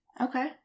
Okay